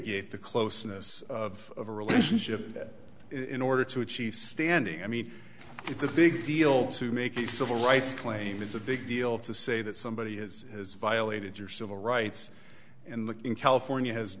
gate the closeness of a relationship that in order to achieve standing i mean it's a big deal to make a civil rights claim it's a big deal to say that somebody is has violated your civil rights in the in california has